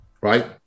right